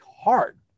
hard